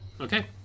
okay